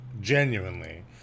genuinely